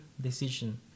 decision